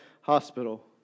hospital